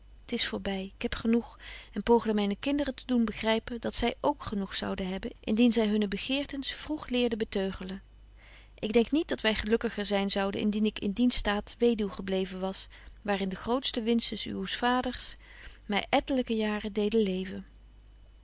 t is voorby ik heb genoeg en poogde myne kinderen te doen begrypen betje wolff en aagje deken historie van mejuffrouw sara burgerhart dat zy k genoeg zouden hebben indien zy hunne begeertens vroeg leerden beteugelen ik denk niet dat wy gelukkiger zyn zouden indien ik in dien staat weduw gebleven was waar in de groote winsten uws vaders my ettelyke jaren deden